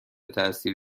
تاثیر